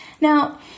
Now